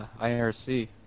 IRC